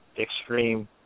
extreme